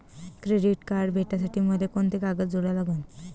Credit card भेटासाठी मले कोंते कागद जोडा लागन?